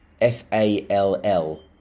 F-A-L-L